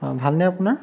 অঁ ভালনে আপোনাৰ